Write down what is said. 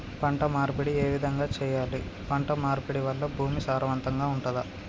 పంట మార్పిడి ఏ విధంగా చెయ్యాలి? పంట మార్పిడి వల్ల భూమి సారవంతంగా ఉంటదా?